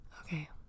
Okay